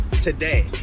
today